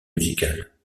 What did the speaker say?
musicale